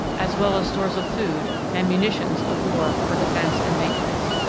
as well as stores of food and munitions of war for defence and maintenance.